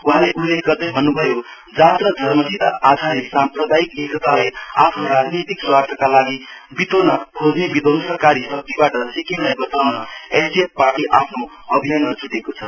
उहाँले उल्लेख गर्दै भन्न्भयो जात र धर्मसित आधारित सामप्रदायिक एकतालाई आफ्नो राजनीतिक स्वार्थकालागि विचोल्न खोज्ने विध्वडसकारी शक्तिबाट सिक्किमलाई बचाउना एसडिएफ पार्टी आफ्नो अभिमानमा जुटेको छ